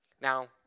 Now